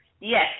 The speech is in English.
yes